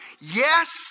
Yes